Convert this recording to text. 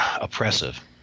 oppressive